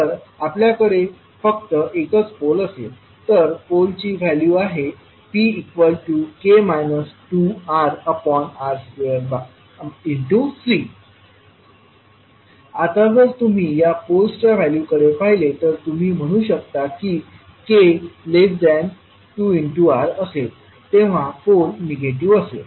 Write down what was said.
तर आपल्याकडे फक्त एकच पोल असेल तर पोलची व्हॅल्यू आहे pk 2RR2C आता जर तुम्ही या पोलच्या व्हॅल्यू कडे पाहिले तर तुम्ही म्हणू शकता की k2Rअसेल तेव्हा पोल निगेटिव्ह असेल